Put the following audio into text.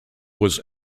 was